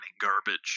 garbage